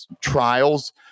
trials